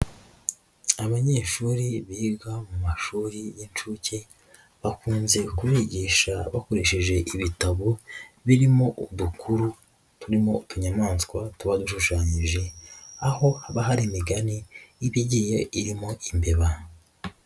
Abanyeshuri biga mu mashuri y'inshuke, bakunze kugisha bakoresheje ibitabo birimo udukuru turimo utunyamanswa tuba dushushanyije, aho haba hari imigani iba igiye irimo imbeba.